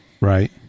Right